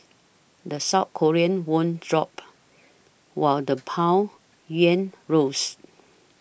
the South Korean won dropped while the pond rose